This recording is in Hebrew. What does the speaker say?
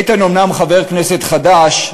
איתן אומנם חבר כנסת חדש,